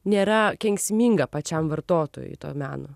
nėra kenksminga pačiam vartotojui to meno